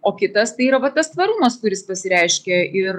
o kitas tai yra vat tas tvarumas kuris pasireiškia ir